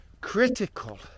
critical